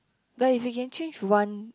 but if we can change one